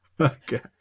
Okay